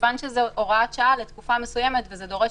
מכיוון שזה הוראת שעה לתקופה מסוימת וזה דורש